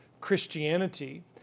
Christianity